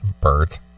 Bert